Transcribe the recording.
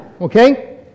Okay